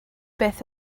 beth